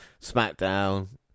SmackDown